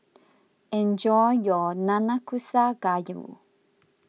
enjoy your Nanakusa Gayu